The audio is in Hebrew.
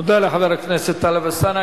תודה לחבר הכנסת טלב אלסאנע.